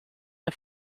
der